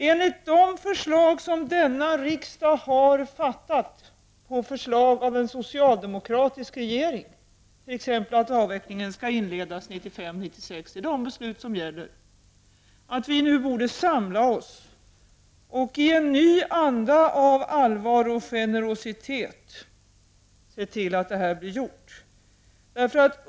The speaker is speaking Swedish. Enligt de beslut som denna riksdag har fattat på förslag av en socialdemokratisk regering — t.ex. om att avvecklingen skall inledas 1995/96, vilket är det beslut som gäller — borde vi nu samla oss i en ny anda av allvar och generositet och se till att detta blir gjort.